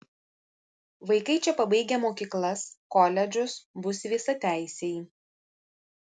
vaikai čia pabaigę mokyklas koledžus bus visateisiai